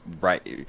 right